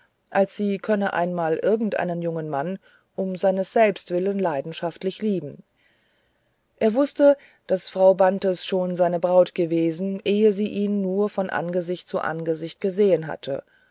als sie könne einmal irgendeinen jungen mann um seines selbsts willen leidenschaftlich lieben er wußte daß frau bantes schon seine braut gewesen ehe sie ihn nur von angesicht zu angesicht gesehen hatte